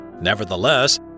Nevertheless